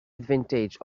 advantage